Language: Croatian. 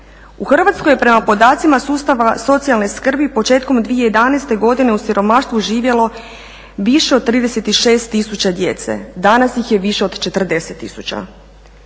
U Hrvatskoj je prema podacima sustava socijalne skrbi početkom 2011. godine u siromaštvu živjelo više od 36000 djece, danas ih je više od 40000.